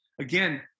Again